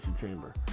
Chamber